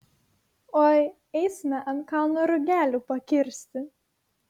oi eisime ant kalno rugelių pakirsti